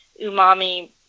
umami